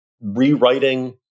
rewriting